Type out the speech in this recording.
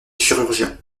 chirurgiens